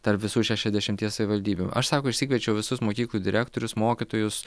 tarp visų šešiasdešimties savivaldybių aš sako išsikviečiau visus mokyklų direktorius mokytojus